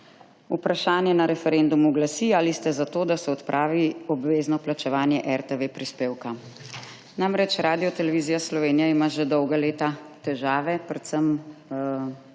vprašanje na referendumu glasi: Ali ste za to, da se odpravi obvezno plačevanje RTV prispevka? Namreč Radiotelevizija Slovenija ima že dolga leta težave predvsem